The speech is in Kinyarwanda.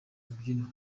rubyiniro